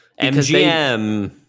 MGM